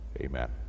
amen